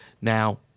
Now